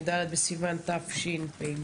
י"ד בסיון תשפ"ב.